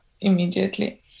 immediately